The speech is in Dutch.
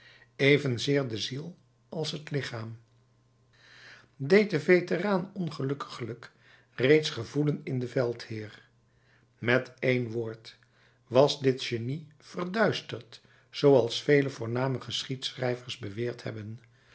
evenzeer de ziel als het lichaam deed zich de veteraan ongelukkiglijk reeds gevoelen in den veldheer met één woord was dit genie verduisterd zooals vele voorname geschiedschrijvers beweerd hebben